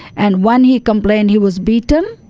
and when he complained, he was beaten.